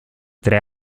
tre